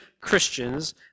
Christians